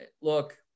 look